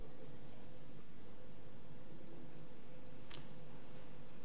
נמנעים ונגד, אין.